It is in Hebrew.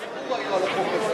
הרבה פניות ציבור היו על החוק הזה,